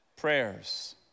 prayers